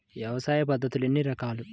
వ్యవసాయ పద్ధతులు ఎన్ని రకాలు?